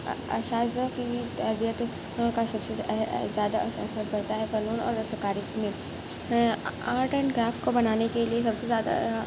اساتذہ کی بھی تربیت کا سب سے زیادہ اثر اثر پڑتا ہے فنون اور دستکاری میں آرٹ اینڈ کرافٹ کو بنانے کے لیے سب سے زیادہ